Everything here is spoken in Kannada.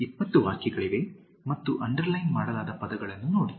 20 ವಾಕ್ಯಗಳಿವೆ ಮತ್ತು ಅಂಡರ್ಲೈನ್ ಮಾಡಲಾದ ಪದಗಳನ್ನು ನೋಡಿ